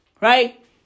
Right